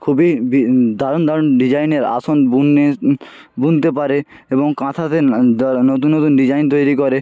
খুবই বি দারুণ দারুণ ডিজাইনের আসন বুনে বুনতে পারে এবং কাঁথাতে ন তারা নতুন নতুন ডিজাইন তৈরি করে